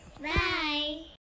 Bye